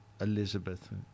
Elizabeth